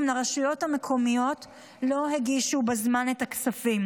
לרשויות המקומיות לא הגישו בזמן את הכספים,